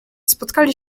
spotkali